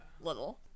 little